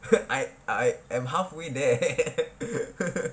I am halfway there